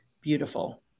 beautiful